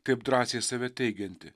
taip drąsiai save teigianti